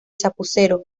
chapucero